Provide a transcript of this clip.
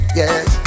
yes